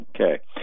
okay